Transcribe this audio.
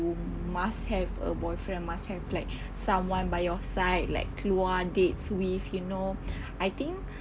must have a boyfriend must have like someone by your side like keluar dates with you know I think